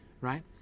right